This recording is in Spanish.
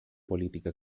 política